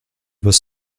was